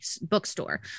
bookstore